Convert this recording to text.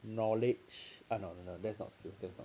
knowledge or no no no that's not skills